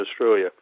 Australia